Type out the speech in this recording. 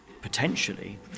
potentially